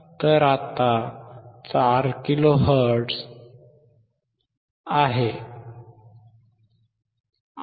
तर आता 4 kilohertz 5 - 1 4 kilohertz आहे